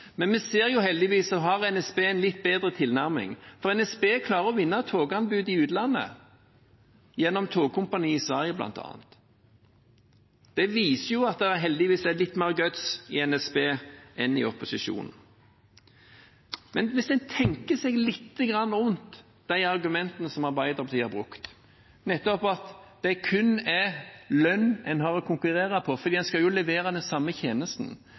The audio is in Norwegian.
Men vi ser at heldigvis har NSB en bedre tilnærming. For NSB klarer å vinne toganbud i utlandet, bl.a. gjennom Svenska Tågkompaniet. Det viser at det heldigvis er litt mer guts i NSB enn i opposisjonen. La oss se litt på de argumentene som Arbeiderpartiet har brukt, nemlig at det kun er lønn en har å konkurrere på, fordi en skal levere den samme tjenesten.